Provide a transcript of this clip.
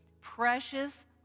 precious